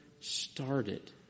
started